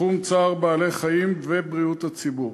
בתחום צער בעלי-חיים ובריאות הציבור.